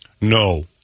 No